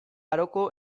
maroko